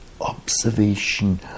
observation